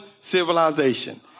civilization